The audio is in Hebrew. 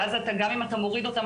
ואז גם אם אתה מוריד אותם,